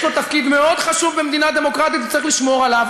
יש לו תפקיד מאוד חשוב במדינה דמוקרטית וצריך לשמור עליו,